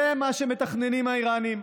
זה מה שמתכננים האיראנים,